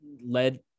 led